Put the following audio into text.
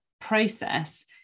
process